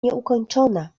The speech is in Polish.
nieukończona